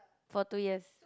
for two years